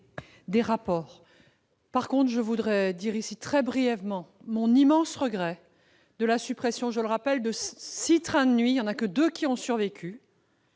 des rapports. En revanche, je veux dire ici très brièvement mon immense regret de la suppression, je le rappelle, de six trains de nuit- seuls deux ont survécu